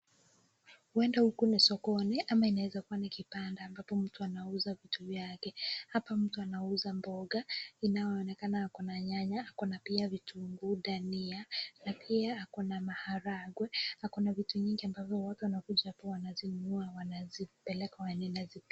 Huenda huku ni sokoni ama inaweza kuwa ni kibanda ambapo mtu anauza vitu vyake, hapa mtu anauza mboga inayoonekana ako na nyanya, ako na pia vitunguu, dhania na pia ako na maharagwe, ako na vitu nyingi amabvyo watu wanakuja hapa wanazinunua wanazipeleka wanazitumia.